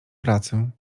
pracę